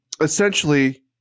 essentially